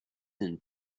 and